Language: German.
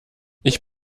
ich